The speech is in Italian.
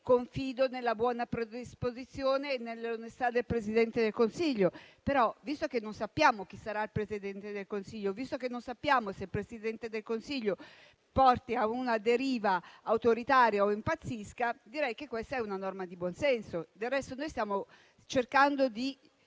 buonafede, nella buona predisposizione e nell'onestà del Presidente del Consiglio. Visto però che non sappiamo chi sarà il Presidente del Consiglio, visto che non sappiamo se il Presidente del Consiglio conduca a una deriva autoritaria o impazzisca, direi che questa è una norma di buonsenso. Del resto, stiamo cercando di